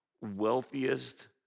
wealthiest